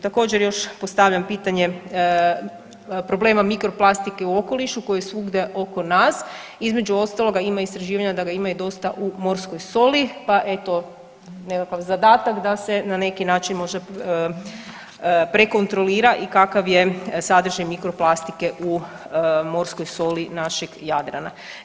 Također, još postavljam pitanje problema mikroplastike u okolišu koji je svugde oko nas, između ostaloga, ima istraživanja da ga ima i dosta u morskoj soli pa eto, nekakav zadatak da se na neki način može prekontrolira i kakav je sadržaj mikroplastike u morskoj soli našeg Jadrana.